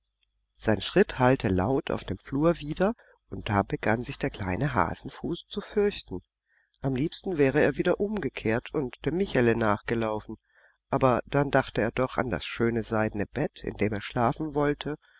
sein schritt hallte laut auf dem flur wider und da begann sich der kleine hasenfuß zu fürchten am liebsten wäre er wieder umgekehrt und dem michele nachgelaufen aber dann dachte er doch an das schöne seidene bett in dem er schlafen wollte